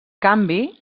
canvi